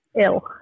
ill